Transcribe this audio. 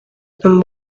and